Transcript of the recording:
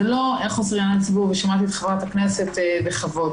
זה לא חוסר עניין לציבור ושמעתי את חברת הכנסת בכבוד.